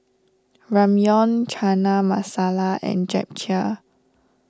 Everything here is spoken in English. Ramyeon Chana Masala and Japchae